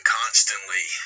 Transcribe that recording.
constantly